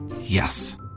Yes